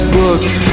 books